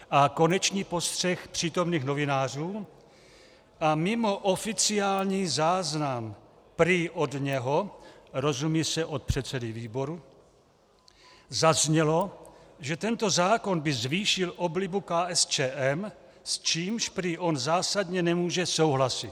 A konečně postřeh přítomných novinářů a mimo oficiální záznam prý od něho, rozumí se od předsedy výboru, zaznělo, že tento zákon by zvýšil oblibu KSČM, s čímž prý on zásadně nemůže souhlasit.